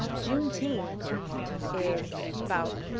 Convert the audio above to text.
juneteenth is about,